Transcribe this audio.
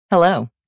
Hello